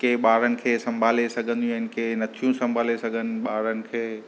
कंहिं ॿारनि खे संभाले सघंदियूं आहिनि कंहिं नथियूं संभाले सघनि ॿारनि खे